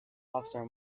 after